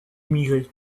immigré